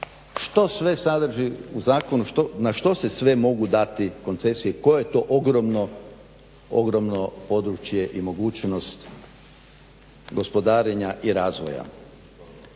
što sve sadrži u zakonu, na što se sve mogu dati koncesije, koje to ogromno područje i mogućnost gospodarenja i razvoja.